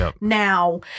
now